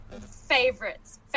favorites